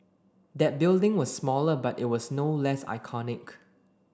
that building was smaller but it was no less iconic